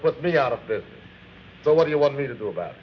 put me out of this so what do you want me to do about